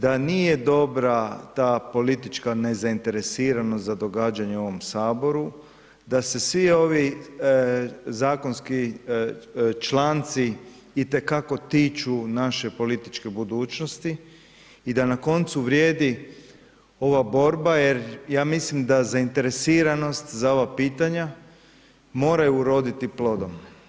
Da nije dobra ta politička nezainteresiranost za događanje u ovom Saboru, da se svi ovi zakonski članci itekako tiču naše političke budućnosti i da na koncu vrijedi ova borba, jer ja mislim da zainteresiranost ova pitanja moraju uroditi plodom.